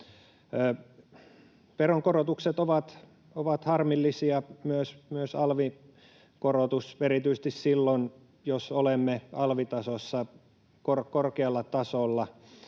Veronkorotukset ovat harmillisia, myös alvin korotus erityisesti silloin, jos olemme alvitasossa korkealla tasolla.